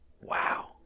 Wow